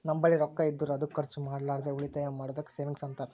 ನಂಬಲ್ಲಿ ರೊಕ್ಕಾ ಇದ್ದುರ್ ಅದು ಖರ್ಚ ಮಾಡ್ಲಾರ್ದೆ ಉಳಿತಾಯ್ ಮಾಡದ್ದುಕ್ ಸೇವಿಂಗ್ಸ್ ಅಂತಾರ